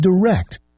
direct